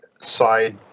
side